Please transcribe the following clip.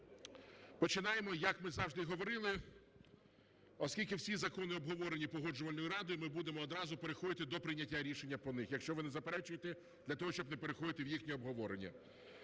починаємо, як ми завжди і говорили, оскільки всі закони обговорені Погоджувальною радою, ми будемо одразу переходити до прийняття рішення по ним, якщо ви не заперечуєте, для того, щоб не переходити в їхнє обговорення.